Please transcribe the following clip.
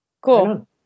Cool